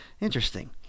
Interesting